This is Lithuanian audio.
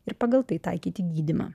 ir pagal tai taikyti gydymą